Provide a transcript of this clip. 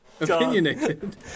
opinionated